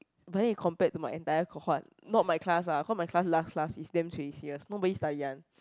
but then you compared to my entire cohort not my class ah cause my class last class it's damn serious nobody study one